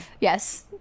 yes